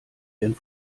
denn